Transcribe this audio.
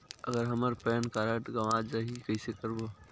अगर हमर pan card गवां जाही कइसे करबो?